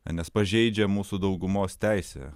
nes pažeidžia mūsų daugumos teisę